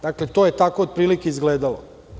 Dakle, to je tako otprilike izgledalo.